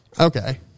Okay